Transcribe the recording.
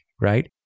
Right